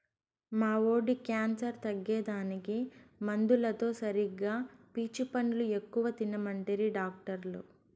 మా వోడి క్యాన్సర్ తగ్గేదానికి మందులతో సరిగా పీచు పండ్లు ఎక్కువ తినమంటిరి డాక్టర్లు